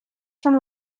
són